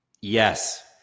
Yes